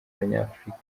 banyafurika